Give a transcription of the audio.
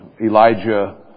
Elijah